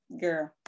girl